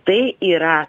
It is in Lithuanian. tai yra